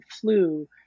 flu